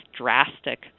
drastic